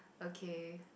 okay